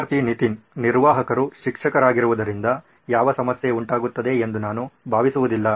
ವಿದ್ಯಾರ್ಥಿ ನಿತಿನ್ ನಿರ್ವಾಹಕರು ಶಿಕ್ಷಕರಾಗಿರುವುದರಿಂದ ಯಾವ ಸಮಸ್ಯೆ ಉಂಟಾಗುತ್ತದೆ ಎಂದು ನಾನು ಭಾವಿಸುವುದಿಲ್ಲ